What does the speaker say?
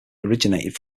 originated